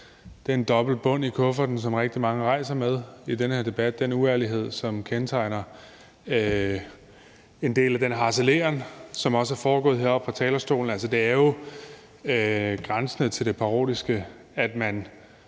på den dobbeltbund i kufferten, som rigtig mange rejser med i den her debat, den uærlighed, som kendetegner en del af den harceleren, som også er foregået heroppe fra talerstolen. Det er jo grænsende til det parodiske, at man